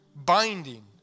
binding